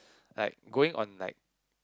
like going on like